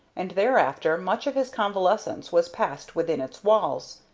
and thereafter much of his convalescence was passed within its walls.